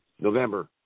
November